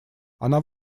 она